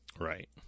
Right